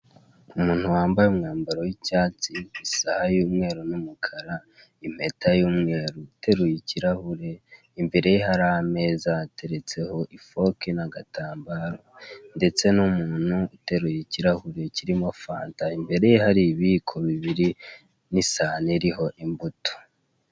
Umuntu wambaye umwambaro w'icyatsi, isaha y'umweru n'umukara, impeta y'umweru, uteruye ikirahure, imbere ye hari ameza hateretseho ifoke n'agatambaro ndetse n'umuntu uteruye ikirahure kirimo fanta, imbere ye hari ibiyiko bibiri n'isahani iriho imbuto.